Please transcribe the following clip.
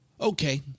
Okay